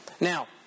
Now